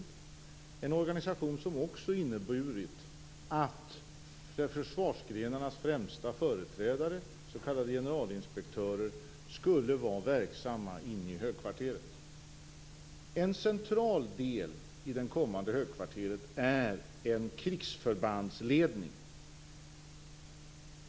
Det är en organisation som inneburit att försvarsgrenarnas främsta företrädare, s.k. generalinspektörer, skulle vara verksamma inne i högkvarteret. En central del i det kommande högkvarteret är en krigsförbandsledning.